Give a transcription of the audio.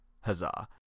Huzzah